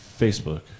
facebook